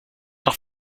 doch